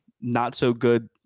not-so-good